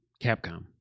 Capcom